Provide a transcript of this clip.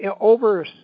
over